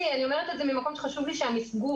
אני אומרת את זה ממקום שחשוב לי שהמסגור